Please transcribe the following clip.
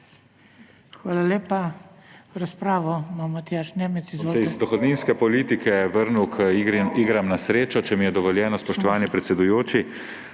Hvala lepa. Razpravo